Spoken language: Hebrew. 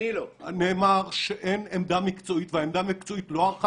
- נאמר שאין עמדה מקצועית והעמדה המקצועית לא ערכה